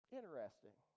Interesting